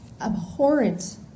abhorrent